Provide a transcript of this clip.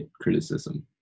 Criticism